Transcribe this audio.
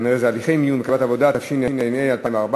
התשע"ה 2014,